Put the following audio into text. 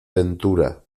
ventura